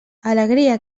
alegria